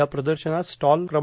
या प्रदशनात स्टॉल क्र